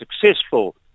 successful